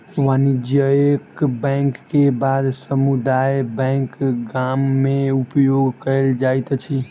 वाणिज्यक बैंक के बाद समुदाय बैंक गाम में उपयोग कयल जाइत अछि